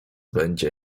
będzie